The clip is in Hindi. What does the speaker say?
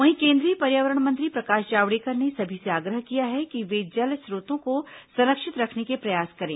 वहीं केंद्रीय पर्यावरण मंत्री प्रकाश जावड़ेकर ने सभी से आग्रह किया है कि वे जल स्रोतों को संरक्षित रखने के प्रयास करें